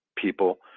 people